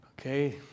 Okay